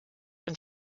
und